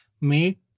make